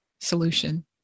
solution